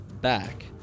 back